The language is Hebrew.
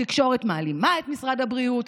התקשורת מעלימה את משרד הבריאות,